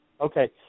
Okay